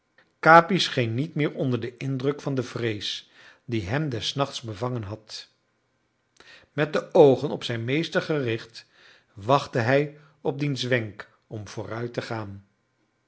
capi scheen niet meer onder den indruk van de vrees die hem des nachts bevangen had met de oogen op zijn meester gericht wachtte hij op diens wenk om vooruit te gaan